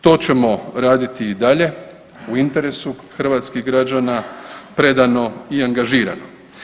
To ćemo raditi i dalje u interesu hrvatskih građana predano i angažirano.